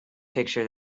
picture